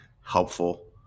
helpful